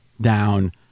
down